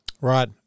Right